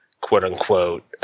quote-unquote